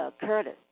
Curtis